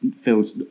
feels